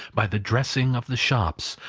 by the dressing of the shops,